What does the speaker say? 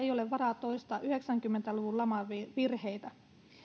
varaa toistaa yhdeksänkymmentä luvun laman virheitä